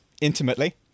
intimately